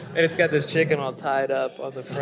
and it's got this chicken all tied up on the